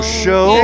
show